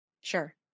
Sure